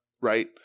right